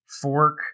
fork